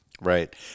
Right